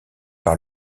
par